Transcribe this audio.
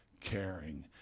caring